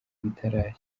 bitarashya